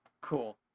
Cool